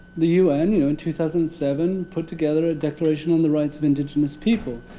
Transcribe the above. the un, you know in two thousand seven, put together a declaration on the rights of indigenous people.